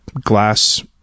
glass